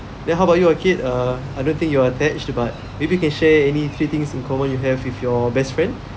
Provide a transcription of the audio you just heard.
then how about you err I don't think you are attached but maybe you can share any few things in common you have with your best friend